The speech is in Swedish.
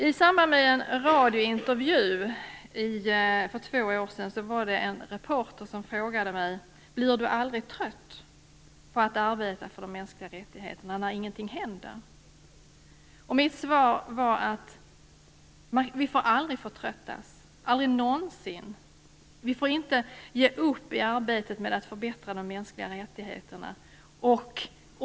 I samband med en radiointervju för två år sedan frågade en reporter mig: Blir du aldrig trött på att arbeta för de mänskliga rättigheterna när ingenting händer? Mitt svar blev att vi aldrig någonsin får förtröttas. Vi får inte ge upp i arbetet med att förbättra de mänskliga rättigheterna.